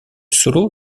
solo